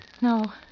No